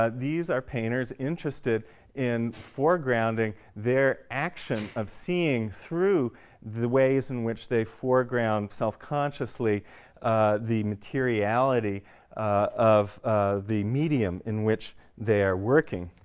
ah these are painters interested in foregrounding their action of seeing through the ways in which they foreground self-consciously the materiality of the medium in which they are working.